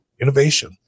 innovation